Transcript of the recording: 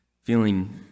feeling